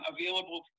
available